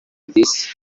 addis